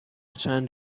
چند